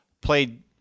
played